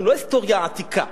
לא ההיסטוריה העתיקה.